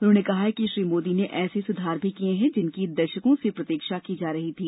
उन्होंने कहा कि श्री मोदी ने ऐसे स्धार भी किए हैं जिनकी दशकों से प्रतीक्षा की जा रही थी